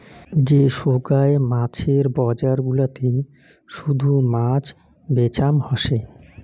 যে সোগায় মাছের বজার গুলাতে শুধু মাছ বেচাম হসে